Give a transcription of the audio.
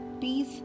peace